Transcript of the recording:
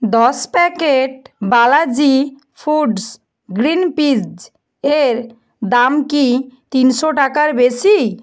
দশ packet Balaji foods green peas এর দাম কি তিনশো টাকার বেশি